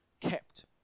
kept